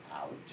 out